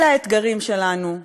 אלה האתגרים שלנו,